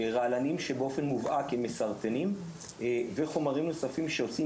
רעלנים שבאופן מובהק הם מסרטנים ,וחומרים נוספים שעושים